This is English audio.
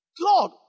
God